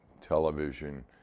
television